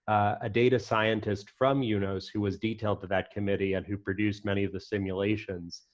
a data scientist from yeah unos who was detailed to that committee and who produced many of the simulations,